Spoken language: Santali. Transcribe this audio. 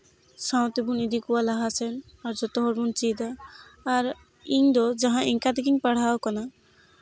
ᱥᱟᱶ ᱛᱮᱵᱚᱱ ᱤᱫᱤ ᱠᱚᱣᱟ ᱞᱟᱦᱟ ᱥᱮᱫ ᱟᱨ ᱡᱚᱛᱚ ᱦᱚᱲᱵᱚᱱ ᱪᱮᱫᱟ ᱟᱨ ᱤᱧᱫᱚ ᱡᱟᱦᱟᱸ ᱤᱱᱠᱟᱹ ᱛᱮᱜᱮᱧ ᱯᱟᱲᱦᱟᱣ ᱟᱠᱟᱱᱟ